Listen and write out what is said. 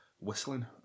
whistling